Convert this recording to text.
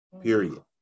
period